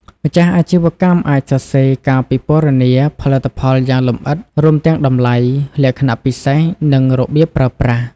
ម្ចាស់អាជីវកម្មអាចសរសេរការពិពណ៌នាផលិតផលយ៉ាងលម្អិត រួមទាំងតម្លៃ លក្ខណៈពិសេស និងរបៀបប្រើប្រាស់។